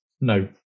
no